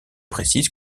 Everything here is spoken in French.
précise